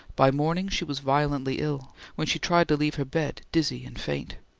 by morning she was violently ill when she tried to leave her bed, dizzy and faint.